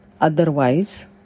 Otherwise